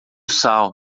sal